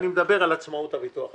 עצמאות הביטוח הלאומי.